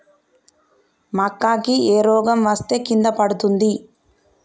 మక్కా కి ఏ రోగం వస్తే కింద పడుతుంది?